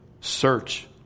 search